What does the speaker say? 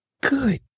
good